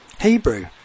Hebrew